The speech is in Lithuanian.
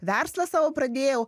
verslą savo pradėjau